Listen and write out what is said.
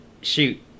shoot